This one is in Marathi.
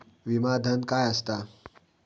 विमा धन काय असता?